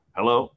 Hello